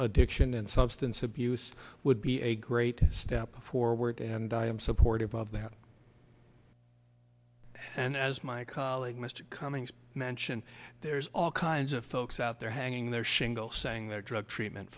diction and substance abuse would be a great step forward and i am supportive of that and as my colleague mr cummings mentioned there's all kinds of folks out there hanging their shingle saying they're drug treatment